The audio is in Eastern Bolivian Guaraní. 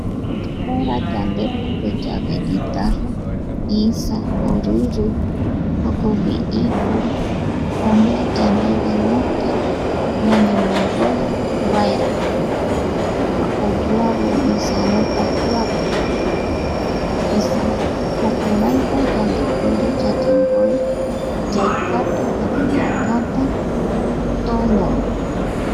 Yaitara yandepope yave guitarra isa oriri jokogui ipu omee yandeve nota ñañemongoi yaeve opa oyoavi isareta jiapu. Esa jukuraita yamdepuere yayemboe yaikatu jare, ñakäta tonorupi.